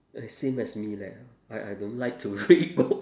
eh same as me leh I I don't like to read book